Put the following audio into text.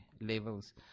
levels